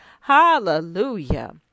hallelujah